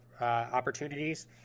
opportunities